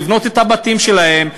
לבנות את הבתים שלהם,